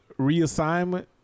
reassignment